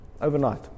overnight